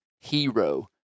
hero